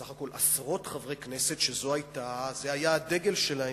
בסך הכול, עשרות חברי כנסת שזה היה הדגל שלהם.